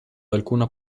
alcuna